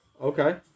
Okay